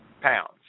pounds